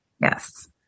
Yes